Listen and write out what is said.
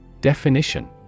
Definition